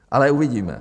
Ale uvidíme.